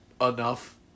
enough